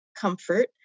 comfort